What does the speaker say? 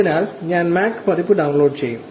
അതിനാൽ ഞാൻ മാക് പതിപ്പ് ഡൌൺലോഡ് ചെയ്യും